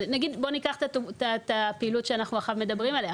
בוא ניקח את הפעילות שאנחנו עכשיו מדברים עליה.